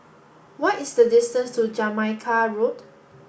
what is the distance to Jamaica Road